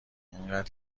انقدر